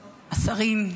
השרים,